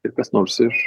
ir kas nors iš